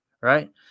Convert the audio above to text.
right